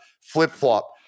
flip-flop